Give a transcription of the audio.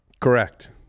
correct